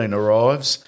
arrives